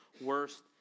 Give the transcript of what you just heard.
worst